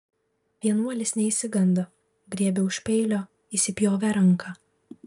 vienuolis neišsigando griebė už peilio įsipjovė ranką